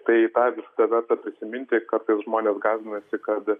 tai tą visada verta prisiminti kartais žmonės gąsdinasi kad